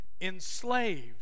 enslaved